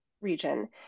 region